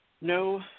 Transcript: No